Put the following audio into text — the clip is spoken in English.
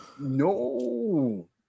No